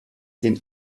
den